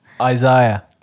Isaiah